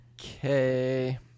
Okay